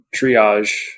triage